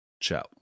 Ciao